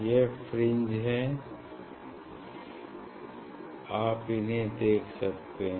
यह फ्रिंज हैं आप इन्हें देख सकते हैं